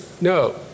No